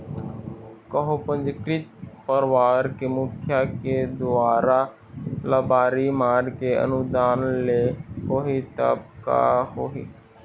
कहूँ पंजीकृत परवार के मुखिया के दुवारा लबारी मार के अनुदान ले होही तब का होही?